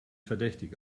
verdächtig